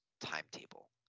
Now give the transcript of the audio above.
timetable